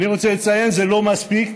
אני רוצה לציין: זה לא מספיק,